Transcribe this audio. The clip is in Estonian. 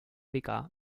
viga